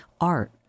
art